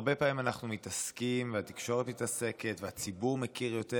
הרבה פעמים אנחנו מתעסקים והתקשורת מתעסקת והציבור מכיר יותר